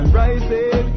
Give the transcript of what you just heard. rising